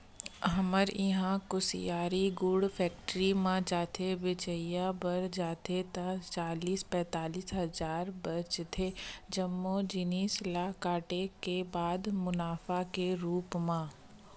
हमर इहां कुसियार गुड़ फेक्टरी म जाथे बेंचाय बर जाथे ता चालीस पैतालिस हजार बचथे जम्मो जिनिस ल काटे के बाद मुनाफा के रुप म